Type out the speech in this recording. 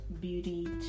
Beauty